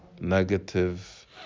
negative